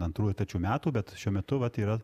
antrųjų trečių metų bet šiuo metu vat yra